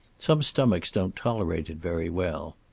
some stomachs don't tolerate it very well.